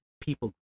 people